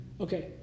Okay